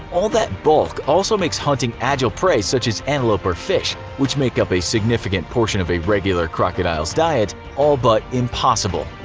all that bulk also makes hunting agile prey such as antelope or fish, which makes up a significant portion of a regular crocodile's diet, all but impossible.